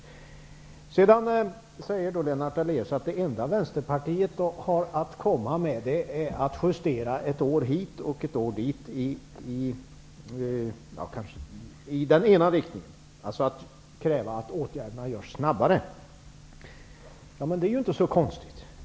Lennart Daléus säger att det enda Vänsterpartiet har att komma med är att justera ett år hit och ett år dit, dvs. att kräva att åtgärderna görs snabbare. Det är ju inte så konstigt.